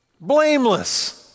Blameless